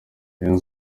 rayon